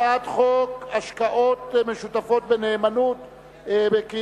הצעת חוק השקעות משותפות בנאמנות (תיקון מס' 15),